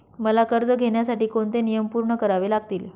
मला कर्ज घेण्यासाठी कोणते नियम पूर्ण करावे लागतील?